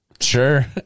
Sure